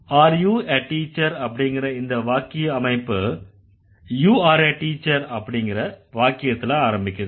are you a teacher அப்படிங்கற இந்த வாக்கிய அமைப்பு you are a teacher அப்படிங்கற வாக்கியத்துல ஆரம்பிக்குது